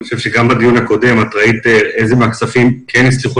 אני חושב שגם בדיון הקודם את ראית איזה כספים כן הצליחו